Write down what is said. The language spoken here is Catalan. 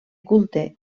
culte